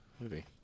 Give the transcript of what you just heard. movie